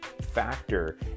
factor